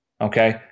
okay